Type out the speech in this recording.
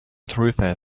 thoroughfare